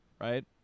Right